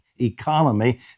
economy